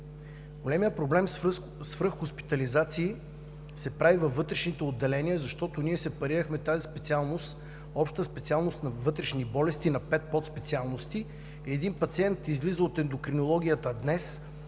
Големият проблем – свръх хоспитализациите, се прави във вътрешните отделения, защото ние сепарирахме тази специалност – „обща специалност на вътрешни болести“, на пет подспециалности и един пациент излиза от ендокринологията днес,